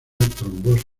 trombosis